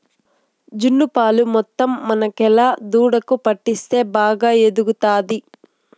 జున్ను పాలు మొత్తం మనకేలా దూడకు పట్టిస్తే బాగా ఎదుగుతాది